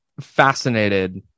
fascinated